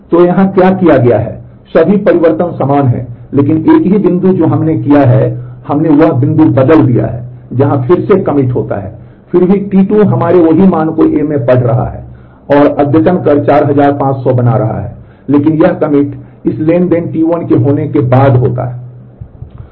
तो यहां क्या किया गया है कि सभी परिवर्तन समान हैं लेकिन केवल एक ही बिंदु जो हमने किया है हमने वह बिंदु बदल दिया है जहां फिर से कमिट होता है फिर भी T2 हमारे वही मान को को A में पढ़ रहा है और अद्यतन कर 4500 बना रहा है लेकिन यह कमिट इस ट्रांज़ैक्शन T1 के होने के बाद होता है